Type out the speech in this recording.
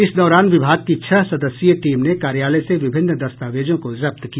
इस दौरान विभाग की छह सदस्यीय टीम ने कार्यालय से विभिन्न दस्तावेजों को जब्त किया